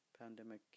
pandemic